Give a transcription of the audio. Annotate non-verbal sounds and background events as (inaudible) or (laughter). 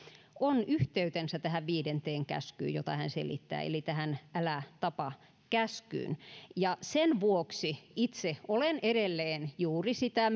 on yhteytensä viidenteen käskyyn jota hän selittää eli tähän älä tapa käskyyn sen vuoksi itse olen edelleen juuri sitä (unintelligible)